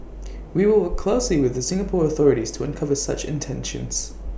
we will work closely with the Singapore authorities to uncover such intentions